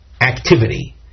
activity